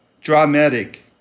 dramatic